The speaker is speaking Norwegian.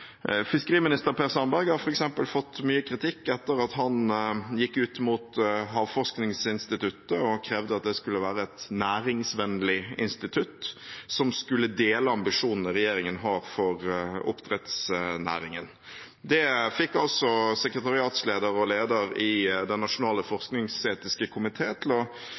Fiskeriminister Per Sandberg har f.eks. fått mye kritikk etter at han gikk ut mot Havforskningsinstituttet og krevde at det skulle være et næringsvennlig institutt som skulle dele ambisjonene regjeringen har for oppdrettsnæringen. Det fikk også sekretariatsleder og leder i Den nasjonale forskningsetiske komité til å